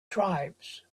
tribes